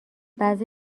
بعضی